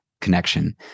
connection